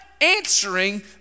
answering